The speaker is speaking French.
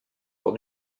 lors